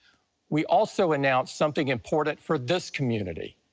we also announced something important for this community,